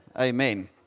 Amen